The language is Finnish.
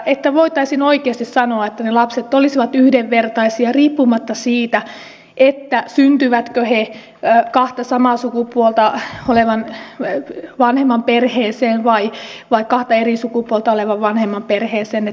että voitaisiin oikeasti sanoa että lapset olisivat yhdenvertaisia riippumatta siitä syntyvätkö he kahta samaa sukupuolta olevan vanhemman perheeseen vai kahta eri sukupuolta olevan vanhemman perheeseen